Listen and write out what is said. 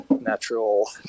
natural